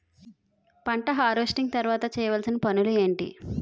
పంట హార్వెస్టింగ్ తర్వాత చేయవలసిన పనులు ఏంటి?